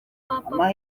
papa